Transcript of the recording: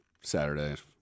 Saturday